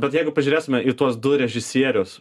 bet jeigu pažiūrėsime į tuos du režisierius